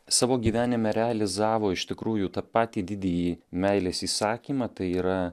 savo gyvenime realizavo iš tikrųjų tą patį didįjį meilės įsakymą tai yra